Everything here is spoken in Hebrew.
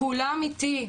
כולם איתי,